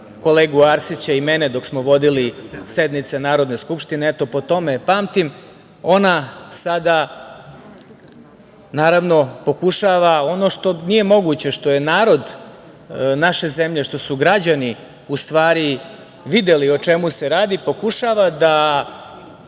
kolegu Arsića i mene dok smo vodili sednice Narodne skupštine, eto, po tome je pamtim, ona sada pokušava ono što nije moguće, što je narod naše zemlje, što su građani, u stvari, videli o čemu se radi, pokušava da